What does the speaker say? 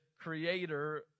creator